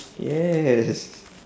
yes